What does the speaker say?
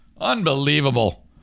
Unbelievable